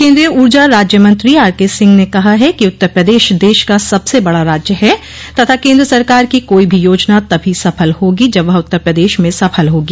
केन्द्रीय ऊर्जा राज्य मंत्री आरके सिंह ने कहा कि उत्तर प्रदेश देश का सबसे बड़ा राज्य है तथा केन्द्र सरकार की कोई भी योजना तभी सफल होगी जब वह उत्तर प्रदेश में सफल होगी